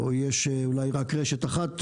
או יש אולי רק רשת אחת,